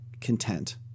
content